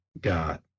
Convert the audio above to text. god